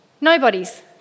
Nobody's